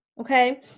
okay